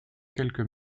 quelques